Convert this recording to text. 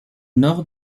nord